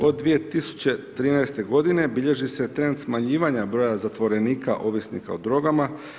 Od 2013. godine bilježi se trend smanjivanja broja zatvorenika ovisnika o drogama.